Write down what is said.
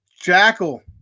Jackal